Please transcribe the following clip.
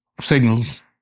signals